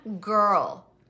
girl